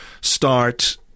start